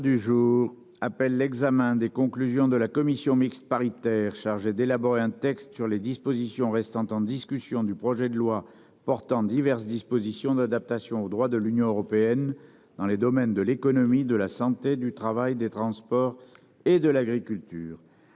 me permettre. Du jour appelle l'examen des conclusions de la commission mixte paritaire chargée d'élaborer un texte sur les dispositions restant en discussion du projet de loi portant diverses dispositions d'adaptation au droit de l'Union européenne dans les domaines de l'économie de la santé, du travail des transports et de l'agriculture.